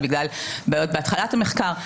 בגלל בעיות בהתחלת המחקר,